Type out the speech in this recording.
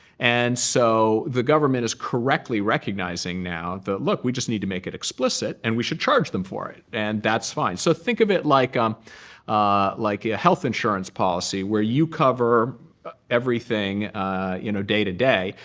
and so the government is correctly recognizing, now, but look, we just need to make it explicit. and we should charge them for it. and that's fine. so think of it like um ah like a health insurance policy where you cover everything you know day to day.